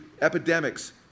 epidemics